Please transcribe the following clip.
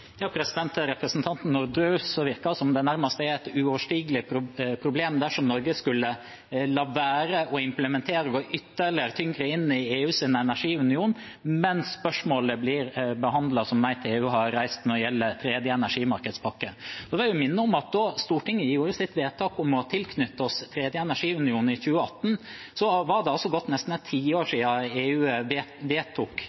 representanten Norderhus virker det som om det nærmest er et uoverstigelig problem dersom Norge skulle la være å implementere og gå ytterligere tyngre inn i EUs energiunion mens man behandler spørsmålet som Nei til EU har reist når det gjelder tredje energimarkedspakke. Jeg vil minne om at da Stortinget gjorde sitt vedtak om å tilknytte oss tredje energiunion i 2018, var det gått nesten